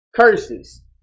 curses